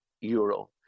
euro